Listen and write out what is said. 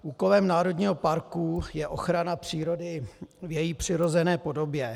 Úkolem národního parku je ochrana přírody v její přirozené podobě.